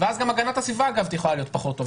ואז גם הגנת הסביבה תהיה פחות טובה,